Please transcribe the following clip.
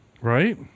right